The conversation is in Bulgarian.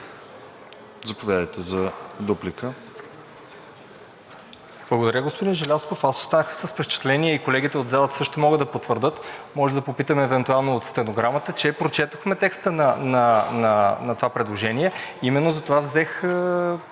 Промяната): Благодаря, господин Желязков. Аз останах с впечатление и колегите от залата също могат да потвърдят, може да попитаме евентуално от стенограмата, че прочетохме текста на това предложение, именно затова взех